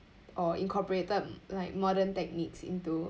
or incorporated like modern techniques into